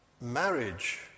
Marriage